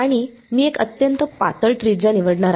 आणि मी एक अत्यंत पातळ त्रिज्या निवडणार आहे